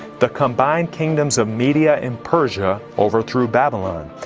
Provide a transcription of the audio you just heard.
the combined kingdoms of media and persia overthrew babylon.